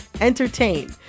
entertain